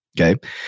Okay